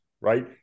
right